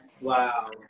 Wow